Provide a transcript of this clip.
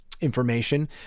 information